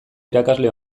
irakasle